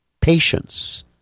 patience